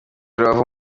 rubavu